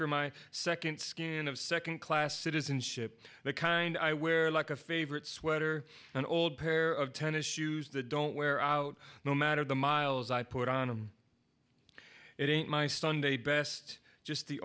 for my second skin of second class citizenship the kind i wear like a favorite sweater an old pair of tennis shoes the don't wear out no matter the miles i put on it in my sunday best just the